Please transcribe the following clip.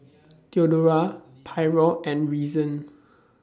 Theodora Pryor and Reason